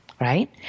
right